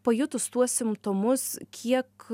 pajutus tuos simptomus kiek